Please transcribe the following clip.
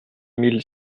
mille